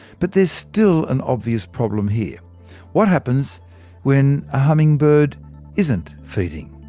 but there's still an obvious problem here what happens when a hummingbird isn't feeding?